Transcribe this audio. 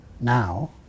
now